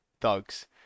thugs